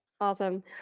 Awesome